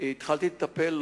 התחלתי לטפל,